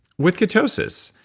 with ketosis,